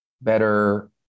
better